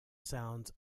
sounds